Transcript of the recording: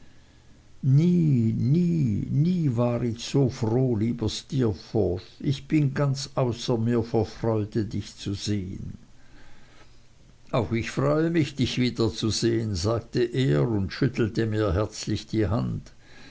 nie nie war ich so froh lieber steerforth ich bin ganz außer mir vor freude dich zu sehen auch ich freue mich dich wiederzusehen sagte er und schüttelte mir herzlich die hand